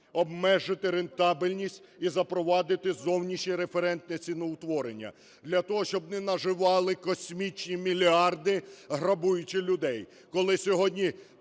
обмежити рентабельність і запровадити зовнішнє референтне ціноутворення для того, щоб не наживали космічні мільярди, грабуючи людей. Коли сьогодні